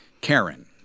Karen